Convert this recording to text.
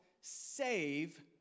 save